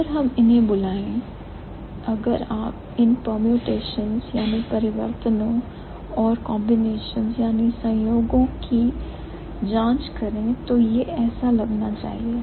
अगर हम इन्हें बुलाएं अगर आप इन परम्यूटेशनज़ परिवर्तनों और कंबीनेशनज़ संययोगों की जांच करें तो यह ऐसा लगना चाहिए